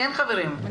אני